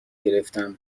گرفتم